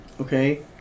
Okay